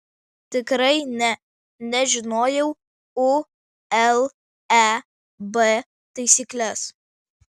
tikrai ne nes žinojau uleb taisykles